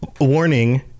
Warning